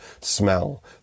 smell